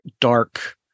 dark